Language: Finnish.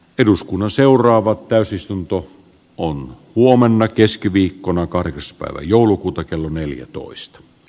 eduskunnan seuraava täysistunto on huomenna keskiviikkona kahdeksas päivä joulukuuta kello neljätoista p